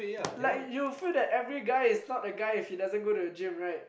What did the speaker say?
like you will feel that every guy is not a guy if he doesn't go the gym right